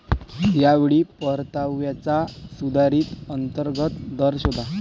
या वेळी परताव्याचा सुधारित अंतर्गत दर शोधा